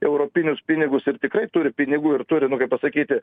europinius pinigus ir tikrai turi pinigų ir turi nu kaip pasakyti